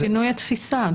זה שינוי התפיסה.